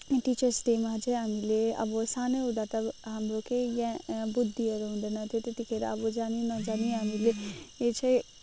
teachers डेमा चाहिँ हामीले अब सानै हुँदा त हाम्रो केही ज्ञा बुद्धिहरू हुँदैनथ्यो त्यतिखेर अब जानी नजानी हामीले चाहिँ